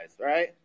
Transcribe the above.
right